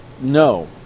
no